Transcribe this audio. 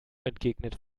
entgegnet